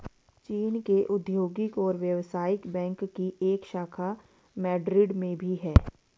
चीन के औद्योगिक और व्यवसायिक बैंक की एक शाखा मैड्रिड में भी है